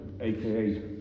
AKA